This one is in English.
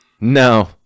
No